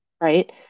right